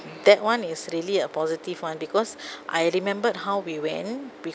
that one is really a positive one because I remembered how we went we